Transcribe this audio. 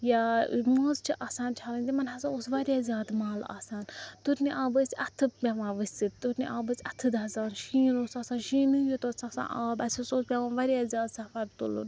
یا ٲں موزٕ چھِ آسان چھَلٕنۍ تِمَن ہَسا اوس واریاہ زیادٕ مَل آسان تُرنہِ آبہٕ ٲسۍ اَتھہٕ پیٚوان ؤسِتھ تٕرنہِ آب ٲسۍ اَتھہٕ دَزان شیٖن اوس آسان شیٖنٕے یوت اوس آسان آب اسہِ ہَسا اوس پیٚوان واریاہ زیادٕ سَفر تُلُن